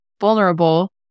vulnerable